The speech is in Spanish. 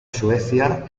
suecia